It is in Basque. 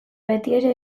betiere